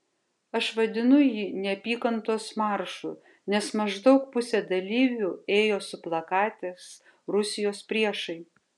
aš vadinu jį neapykantos maršu nes maždaug pusė dalyvių ėjo su plakatais rusijos priešai